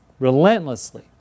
Relentlessly